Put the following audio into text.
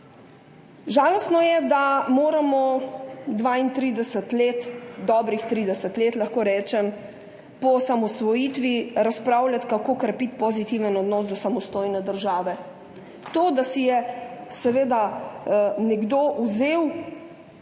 Žalostno je, da moramo dobrih 30 let po osamosvojitvi razpravljati, kako krepiti pozitiven odnos do samostojne države. To, da si je seveda nekdo vzel